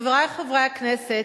חברי חברי הכנסת,